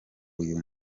uyu